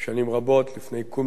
לפני קום מדינת ישראל,